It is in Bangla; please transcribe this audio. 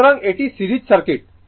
সুতরাং এটি সিরিজ সার্কিট